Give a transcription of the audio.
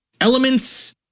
elements